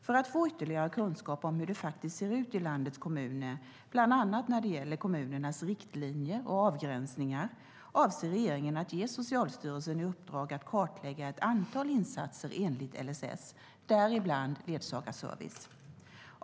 För att få ytterligare kunskap om hur det faktiskt ser ut i landets kommuner, bland annat när det gäller kommunernas riktlinjer och avgränsningar, avser regeringen att ge Socialstyrelsen i uppdrag att kartlägga ett antal insatser enligt LSS, däribland ledsagarservice.